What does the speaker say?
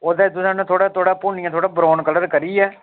ओह् दे न तुसें थोह्ड़ा पुनियै थोह्ड़ा ब्राउन कलर करियै